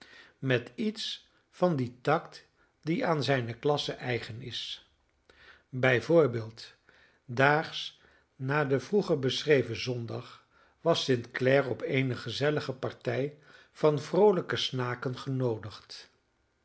met iets van dien tact die aan zijne klasse eigen is bij voorbeeld daags na den vroeger beschreven zondag was st clare op eene gezellige partij van vroolijke snaken genoodigd